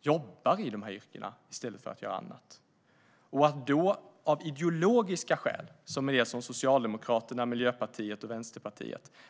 jobbar med det de har utbildat sig till i stället för att göra annat. Av ideologiska skäl låter Socialdemokraterna, Miljöpartiet och Vänsterpartiet vanligt folk betala för detta.